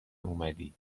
اومدی